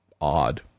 odd